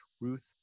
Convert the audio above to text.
Ruth